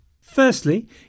Firstly